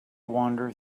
wander